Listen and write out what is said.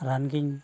ᱨᱟᱱ ᱜᱤᱧ